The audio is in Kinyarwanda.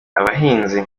abahinzi